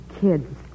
kids